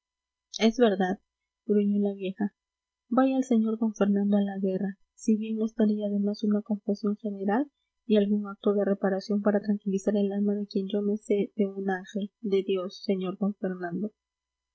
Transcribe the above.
es verdad gruñó la vieja vaya el señor d fernando a la guerra si bien no estaría de más una confesión general y algún acto de reparación para tranquilizar el alma de quien yo me sé de un ángel de dios sr d fernando